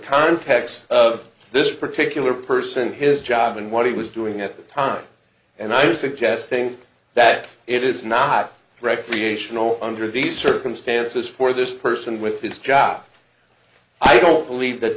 context of this particular person his job and what he was doing at the time and i was suggesting that it is not recreational under these circumstances for this person with his job i don't believe that